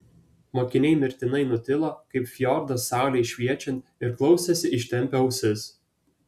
mokiniai mirtinai nutilo kaip fjordas saulei šviečiant ir klausėsi ištempę ausis